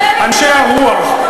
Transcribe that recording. אנשי הרוח,